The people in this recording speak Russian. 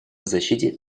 защите